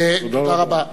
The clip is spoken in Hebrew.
תודה רבה.